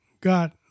got